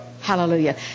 Hallelujah